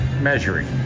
measuring